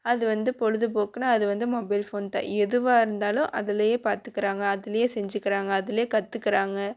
அது வந்து பொழுதுபோக்குனு அது வந்து மொபைல்ஃபோன் தான் எதுவா இருந்தாலும் அதுலேயே பார்த்துக்கிறாங்க அதுலேயே செஞ்சுக்கிறாங்க அதுலேயே கற்றுக்கிறாங்க